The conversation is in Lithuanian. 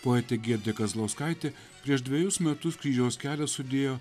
poetė giedrė kazlauskaitė prieš dvejus metus kryžiaus kelią sudėjo